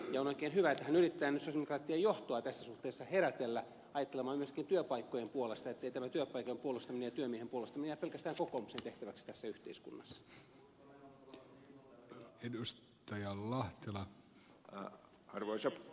on oikein hyvä että hän yrittää nyt sosialidemokraattien johtoa tässä suhteessa herätellä ajattelemalla myöskin työpaikkojen puolesta ettei työpaikkojen puolustaminen ja työmiehen puolustaminen jää pelkästään kokoomuksen tehtäväksi tässä yhteiskunnassa